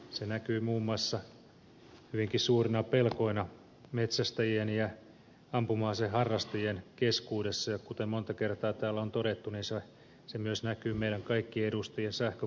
se näkyy muun muassa hyvinkin suurina pelkoina metsästäjien ja ampuma aseharrastajien keskuudessa ja kuten monta kertaa täällä on todettu se myös näkyy meidän kaikkien edustajien sähköposteissa